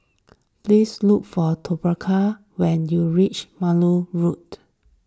please look for Toccara when you reach Maude Road